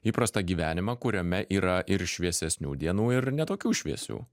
įprastą gyvenimą kuriame yra ir šviesesnių dienų ir ne tokių šviesių